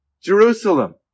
Jerusalem